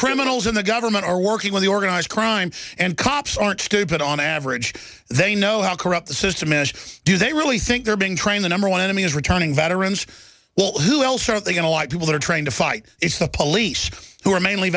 criminals in the government are working with organized crime and cops aren't stupid on average they know how corrupt the system is do they really think they're being trained the number one enemy is returning veterans well who else are they going to like people who are trying to fight it's the police who are mainly